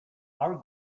our